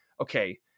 okay